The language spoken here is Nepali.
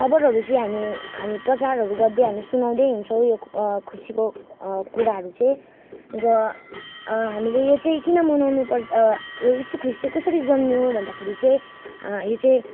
खबरहरू चाहिँ हामी हामी प्रचारहरू गर्दै हामी सुनाउँदै हिँड्छौँ यो खुसीको कुराहरू चाहिँ र हामीले यो चाहिँ किन मनाउनु पर् यो यिसु ख्रिस्ट चाहिँ कसरी जन्मियो भन्दाखेरि चाहिँ यो चाहिँ